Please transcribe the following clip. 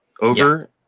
over